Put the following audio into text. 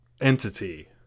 entity